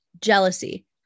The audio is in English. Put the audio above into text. Jealousy